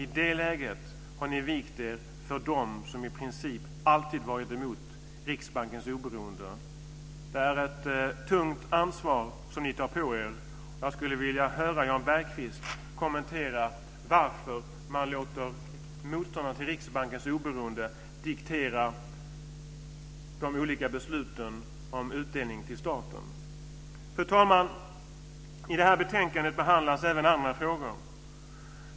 I det läget har ni vikt er för dem som i princip alltid varit emot Riksbankens oberoende. Det är ett tungt ansvar som ni tar på er. Jag skulle vilja höra Jan Bergqvist kommentera varför man låter motståndarna till Riksbankens oberoende diktera de olika besluten om utdelning till staten. Fru talman! I det här betänkandet behandlas även andra frågor.